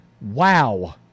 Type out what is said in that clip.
Wow